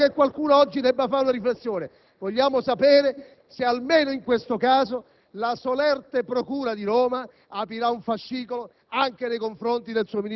In quest'Aula si è fatto un processo contro il senatore Selva e occorre allora che il ministro Mastella ci dica se la trasmissione televisiva di Bruno Vespa è più importante del Senato.